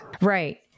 Right